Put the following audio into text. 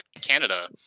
Canada